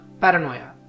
paranoia